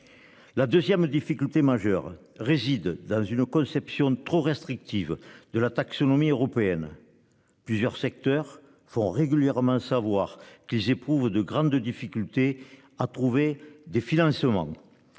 La 2ème difficulté majeure réside dans une conception trop restrictive de la taxonomie européenne. Plusieurs secteurs font régulièrement savoir qu'ils éprouvent de grandes difficultés à trouver des financements.